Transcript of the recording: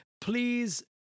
Please